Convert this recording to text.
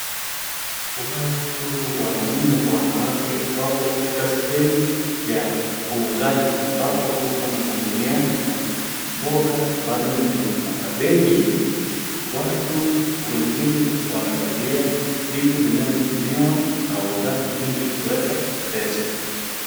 Watu wanaume kwa wanawake wapo katika sehemu ya uuzaji ambako tuko na magunia na mboga ambazo ni makabeji. Watu wengine wamevalia vitu vinavyotumiwa na wauzaji ili kuweka pesa.